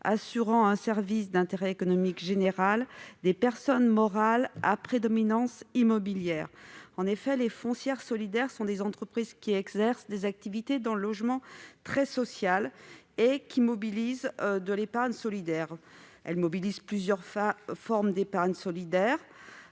assurant un service d'intérêt économique général (SIEG) du champ des personnes morales à prédominance immobilière. En effet, les foncières solidaires sont des entreprises qui exercent des activités de logement très social et qui mobilisent de l'épargne solidaire. Si plusieurs formes d'épargne solidaire